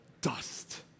dust